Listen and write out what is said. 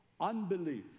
Unbelief